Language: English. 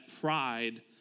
pride